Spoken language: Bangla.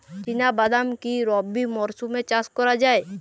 চিনা বাদাম কি রবি মরশুমে চাষ করা যায়?